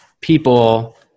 people